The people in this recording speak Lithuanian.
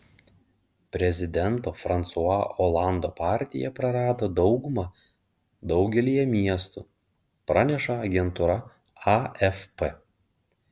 prezidento fransua olando partija prarado daugumą daugelyje miestų praneša agentūra afp